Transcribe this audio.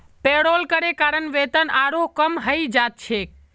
payroll करे कारण वेतन आरोह कम हइ जा छेक